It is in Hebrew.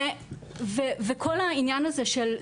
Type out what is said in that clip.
וכל העניין הזה של,